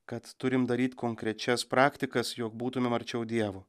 kad turim daryt konkrečias praktikas jog būtumėm arčiau dievo